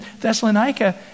Thessalonica